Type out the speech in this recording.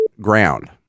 ground